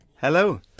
hello